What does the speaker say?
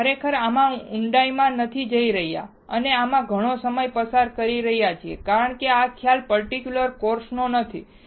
આપણે ખરેખર આમાં ઊંડાઈમાં નથી જઈ રહ્યા અને આમાં ઘણો સમય પસાર કરી રહ્યા છીએ કારણ કે તે આ ખ્યાલ પર્ટિક્યુલર કોર્સ નો નથી